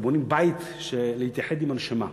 בנו בית להתייחד עם הנשמה.